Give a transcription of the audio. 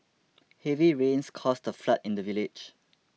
heavy rains caused a flood in the village